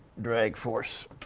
drag force